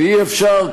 אי-אפשר,